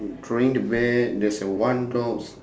throwing the bear there's a one dogs